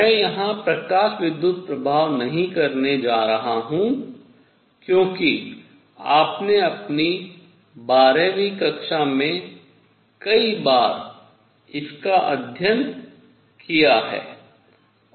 मैं यहाँ प्रकाश विद्युत् प्रभाव नहीं करने जा रहा हूँ क्योंकि आपने अपनी 12 वीं कक्षा में कई बार इसका अध्ययन किया है